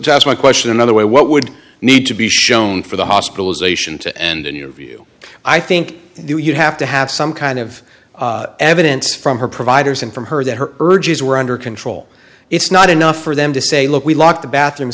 just my question another way what would need to be shown for the hospitalization to end in your view i think you'd have to have some kind of evidence from her providers and from her that her urges were under control it's not enough for them to say look we lock the bathroom